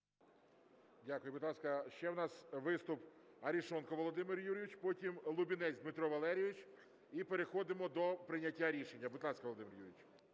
Дякую. Будь ласка, ще у нас виступ - Арешонков Володимир Юрійович. Потім Лубінець Дмитро Валерійович. І переходимо до прийняття рішення. Будь ласка, Володимир Юрійович.